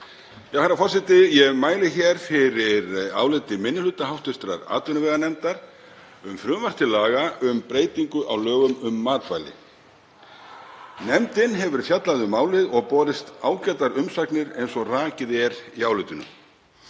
Herra forseti. Ég mæli hér fyrir áliti minni hluta hv. atvinnuveganefndar um frumvarp til laga um breytingu á lögum um matvæli. Nefndin hefur fjallað um málið og borist ágætar umsagnir, eins og rakið er í álitinu.